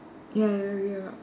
ya ya ya